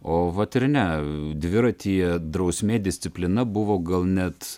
o vat ir ne dviratyje drausmė disciplina buvo gal net